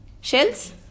Shells